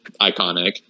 iconic